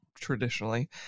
traditionally